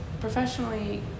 Professionally